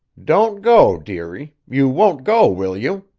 don't go, dearie you won't go, will you?